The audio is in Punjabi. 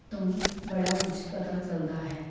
ਤੋਂ ਬੜਾ ਕੁਛ ਪਤਾ ਚੱਲਦਾ ਹੈ